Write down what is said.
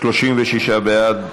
הפנים והגנת הסביבה בדבר פיצול פרק י"ב (רישוי עסקים),